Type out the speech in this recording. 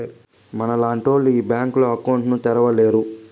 మనలాంటోళ్లు ఈ బ్యాంకులో అకౌంట్ ను తెరవలేరు